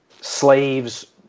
slaves